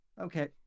okay